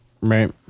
right